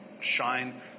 shine